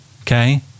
okay